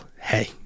Hey